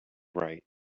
right